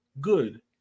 good